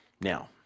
Now